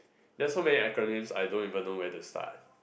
there are so many acronyms I don't even know where to start